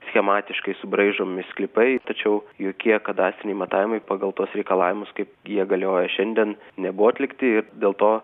schematiškai subraižomi sklypai tačiau jokie kadastriniai matavimai pagal tuos reikalavimus kaip jie galioja šiandien nebuvo atlikti ir dėl to